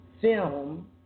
film